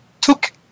took